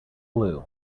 blue